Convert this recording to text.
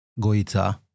Goita